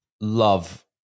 love